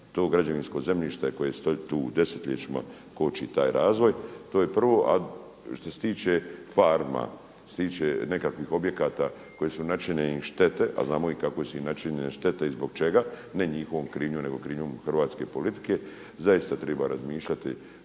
to građevinsko zemljište koje stoji tu desetljećima koči taj razvoj. To je prvo. A što se tiče farma, što se tiče nekakvih objekata kojim su načinjene štete, a znamo i kako su im načinjene štete i zbog čega, ne njihovom krivnjom nego krivnjom hrvatske politike, zaista treba razmišljati